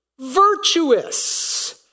virtuous